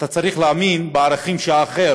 אתה צריך להאמין בערכים שהאחר